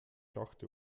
dachte